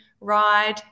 ride